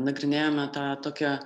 nagrinėjome tą tokią